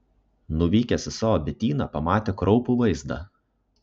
nuvykęs į savo bityną pamatė kraupų vaizdą